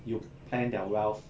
you plan their wealth